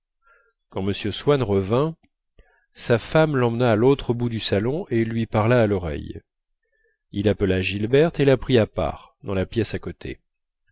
quand m swann revint sa femme l'emmena à l'autre bout du salon et lui parla à l'oreille il appela gilberte et la prit à part dans la pièce à côté